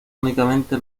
únicamente